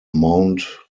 mount